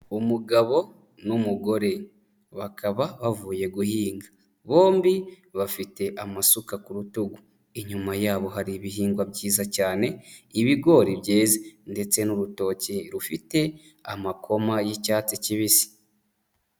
Umugabo n'umugore bakaba bavuye guhinga bombi bafite amasuka ku rutugu, inyuma yabo hari ibihingwa byiza cyane, ibigori byeze ndetse n'urutoki rufite amakoma y'icyatsi kibisi.